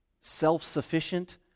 Self-sufficient